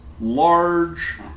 large